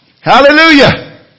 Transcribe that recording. Hallelujah